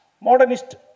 Modernist